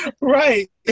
Right